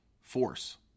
force